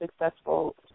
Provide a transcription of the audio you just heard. successful